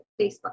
Facebook